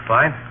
Fine